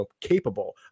capable